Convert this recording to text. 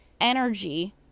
energy